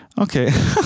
Okay